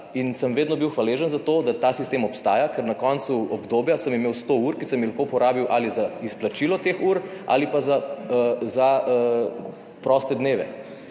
in sem vedno bil hvaležen za to, da ta sistem obstaja, ker na koncu obdobja sem imel sto ur, ki sem jih lahko uporabil ali za izplačilo teh ur ali pa za proste dneve.